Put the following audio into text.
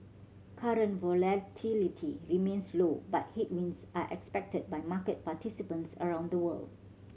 current volatility remains low but headwinds are expected by market participants around the world